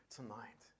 tonight